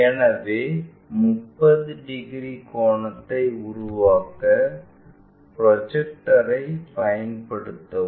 எனவே 30 டிகிரி கோணத்தை உருவாக்க ப்ரொடெக்டரைப் பயன்படுத்தவும்